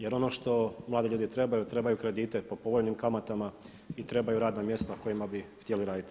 Jer ono što mladi ljudi trebaju, trebaju kredite po povoljnim kamatama i trebaju radna mjesta na kojima bi htjeli raditi.